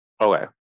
Okay